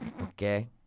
Okay